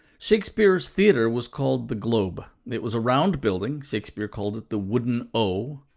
shakespeare's theatre was called the globe. it was a round building shakespeare called it the wooden o.